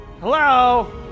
Hello